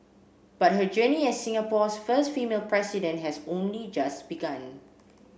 but her journey as Singapore's first female president has only just begun